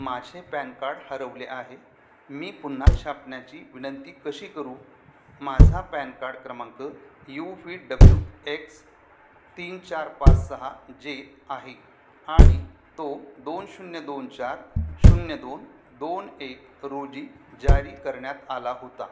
माझे PAN card हरवले आहे मी पुन्हा छापण्याची विनंती कशी करू माझा पॅन कार्ड क्रमांक यू व्ही डब्ल्यू एक्स तीन चार पाच सहा जे आहे आणि तो दोन शून्य दोन चार शून्य दोन दोन एक रोजी जारी करण्यात आला होता